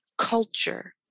culture